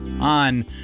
on